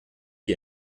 die